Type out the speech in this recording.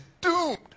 doomed